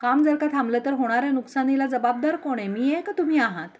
काम जर का थांबलं तर होणाऱ्या नुकसानाला जबाबदार कोण आहे मी आहे का तुम्ही आहात